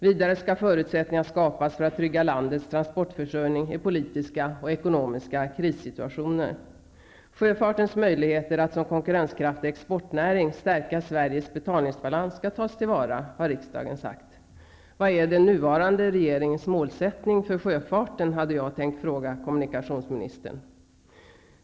Vidare skall förutsättningar skapas för att trygga landets transportförsörjning i politiska och ekonomiska krissituationer. Sjöfartens möjligheter att som konkurrenskraftig exportnäring stärka Sveriges betalningsbalans skall tas till vara, har riksdagen sagt. Vad är den nuvarande regeringens målsättning för sjöfarten? Det hade jag tänkt fråga kommunikationsministern.